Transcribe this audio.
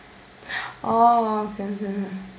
oh okay okay okay